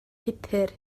pupur